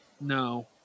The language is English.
No